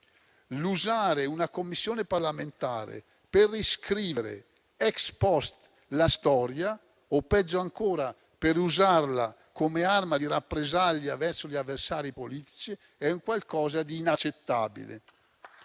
Utilizzare una Commissione parlamentare per riscrivere *ex post* la storia o peggio ancora per usarla come arma di rappresaglia verso gli avversari politici è qualcosa di inaccettabile.